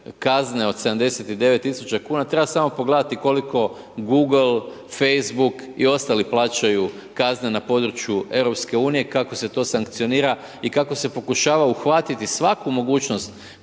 kazne od 79 000 kuna, treba samo pogledati koliko Google, Facebook i ostali plaćaju kazne na području EU-a kako se to sankcionira i kako se pokušava uhvatiti svaku mogućnost